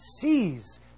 sees